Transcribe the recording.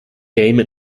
game